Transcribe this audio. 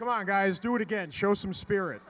come on guys do it again show some spirit